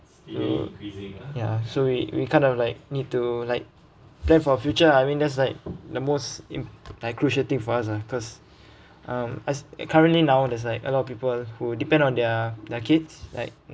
ya so we we kind of like need to like plan for future ah I mean that's like the most in~ like crucial thing for us ah cause I'm as I currently now there's like a lot of people who depend on their their kids like